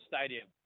stadium